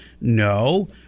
no